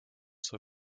zur